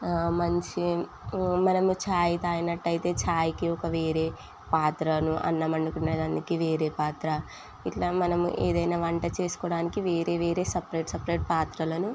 మంచి మనము ఛాయ్ తాగినట్టయితే ఛాయ్కి ఒక వేరే పాత్రను అన్నం వండుకునే దానికి వేరే పాత్ర ఇట్లా మనము ఏదైనా వంట చేసుకోవడానికి వేరే వేరే సపరేట్ సపరేట్ పాత్రలను